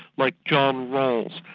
like john rawls,